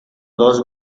dos